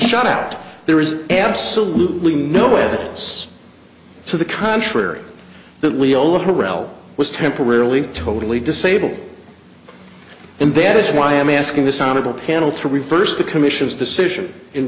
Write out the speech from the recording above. shout out there is absolutely no evidence to the contrary that we'll let her rel was temporarily totally disabled and this is why i am asking this honorable panel to reverse the commission's decision in